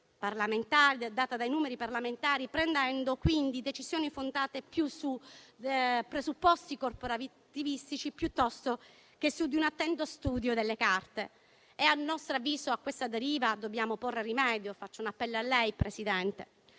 data dai numeri parlamentari, prendendo quindi decisioni fondate più su presupposti corporativistici piuttosto che su di un attento studio delle carte. A nostro avviso, a questa deriva dobbiamo porre rimedio. E faccio un appello a lei, Presidente.